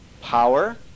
Power